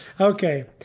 Okay